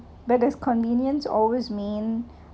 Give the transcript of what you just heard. but there's convenience always mean